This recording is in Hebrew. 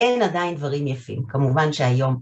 ‫אין עדיין דברים יפים, ‫כמובן שהיום...